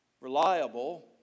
reliable